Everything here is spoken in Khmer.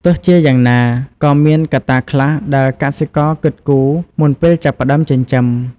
ទោះជាយ៉ាងណា ក៏មានកត្តាខ្លះដែលកសិករគិតគូរមុនពេលចាប់ផ្ដើមចិញ្ចឹម។